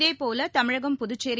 இதேபோல தமிழகம் புதுச்சேரி